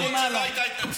שלא הייתה התנצלות.